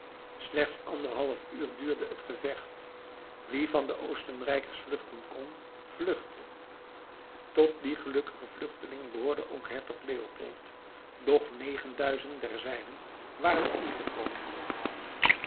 slechts anderhalf uur duurde het gevecht wie van de oostenrijkers vluchten kon vluchtte tot die gelukkige vluchtelingen behoorde ook hertog leopold doch negenduizend der zijnen waren omgekomen